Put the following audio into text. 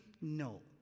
No